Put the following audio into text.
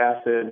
acid